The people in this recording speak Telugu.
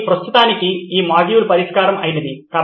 కాబట్టి ప్రస్తుతానికి ఈ మాడ్యూల్ పరిష్కారం అయినది